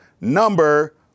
number